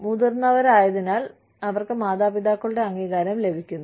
മുതിർന്നവരായതിനാൽ അവർക്ക് മാതാപിതാക്കളുടെ അംഗീകാരം ലഭിക്കുന്നു